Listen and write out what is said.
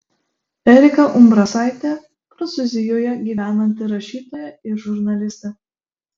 erika umbrasaitė prancūzijoje gyvenanti rašytoja ir žurnalistė